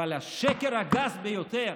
אבל השקר הגס ביותר